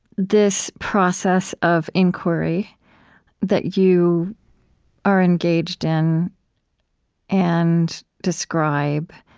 this process of inquiry that you are engaged in and describe